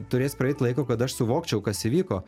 turės praeit laiko kad aš suvokčiau kas įvyko